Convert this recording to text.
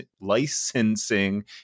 licensing